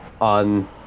on